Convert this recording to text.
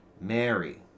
Mary